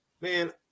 Man